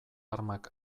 armak